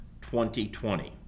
2020